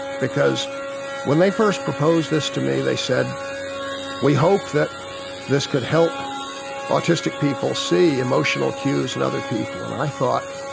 because when they first proposed this to me they said we hoped that this could help autistic people see emotional cues in and other people and i thought,